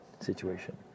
situation